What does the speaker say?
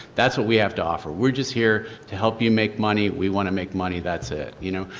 that's what we have to offer. we're just here to help you make money. we wanna make money. that's it, you know.